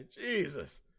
Jesus